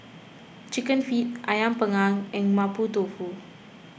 Chicken Feet Ayam Panggang and Mapo Tofu